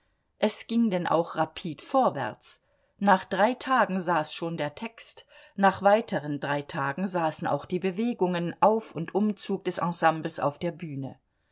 es ging denn auch rapid vorwärts nach drei tagen saß schon der text nach weiteren drei tagen saßen auch die bewegungen auf und umzug des ensembles auf der bühne